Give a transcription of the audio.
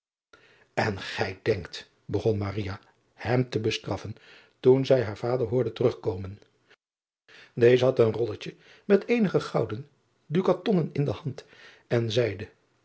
n gij denkt begon hem te bestraffen toen zij haar vader hoorde terugkomen eze had een rolletje met eenige gouden dukatonnen in de hand en zeide